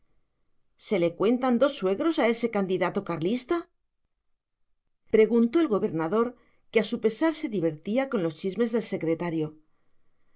se le cuentan dos suegros a ese candidato carlista preguntó el gobernador que a su pesar se divertía con los chismes del secretario